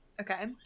Okay